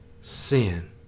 sin